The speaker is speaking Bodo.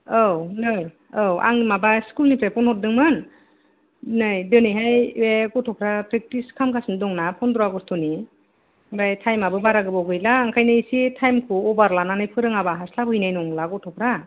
औ नै आं माबा स्कुलनिफ्राय फन हरदोंमोन नै दोनैहाय बे गथ'फ्रा प्रेगथिस खालाम गासिनो दं ना फनद्र आगस्तनि आमफ्राय टाइमाबो बारा गोबाव गैला ओंखायनो एसे टाइमखौ अभार लानानै फोरोङाबा हास्लाब हैनाय नंला गथ'फ्रा